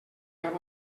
cap